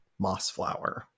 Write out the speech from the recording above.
Mossflower